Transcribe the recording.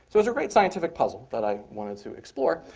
so it's a great scientific puzzle that i wanted to explore.